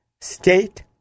State